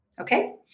okay